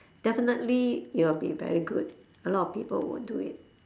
definitely it will be very good a lot of people would do it